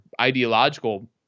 ideological